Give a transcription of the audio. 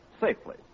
safely